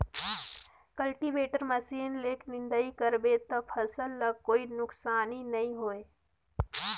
cultivator machine ले निंदई कर बे त फसल ल कोई नुकसानी नई होये